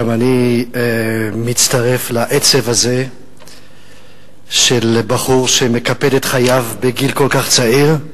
גם אני מצטרף לעצב הזה על בחור שמקפד את חייו בגיל כל כך צעיר,